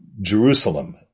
Jerusalem